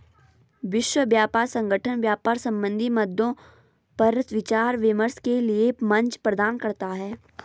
विश्व व्यापार संगठन व्यापार संबंधी मद्दों पर विचार विमर्श के लिये मंच प्रदान करता है